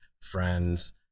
friends